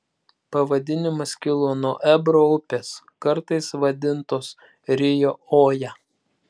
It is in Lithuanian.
pavadinimas kilo nuo ebro upės kartais vadintos rio oja